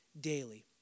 daily